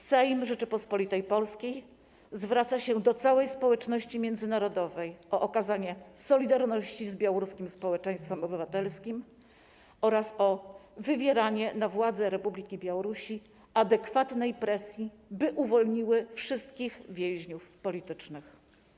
Sejm Rzeczypospolitej Polskiej zwraca się do całej społeczności międzynarodowej o okazanie solidarności z białoruskim społeczeństwem obywatelskim oraz o wywieranie na władze Republiki Białorusi adekwatnej presji, by uwolniły wszystkich więźniów politycznych”